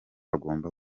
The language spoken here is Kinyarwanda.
agomba